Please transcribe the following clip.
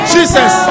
Jesus